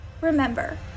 remember